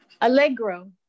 Allegro